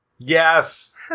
Yes